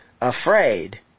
afraid